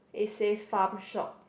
it says farm shop